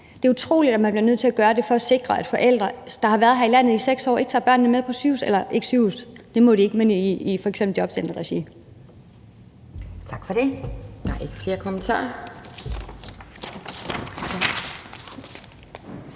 Det er utroligt, at man bliver nødt til at gøre det for at sikre, at forældre, der har været her i landet i 6 år, ikke tager børnene med i f.eks. jobcenteret. Kl. 17:36 Anden næstformand (Pia Kjærsgaard): Tak for det. Der er ikke flere kommentarer.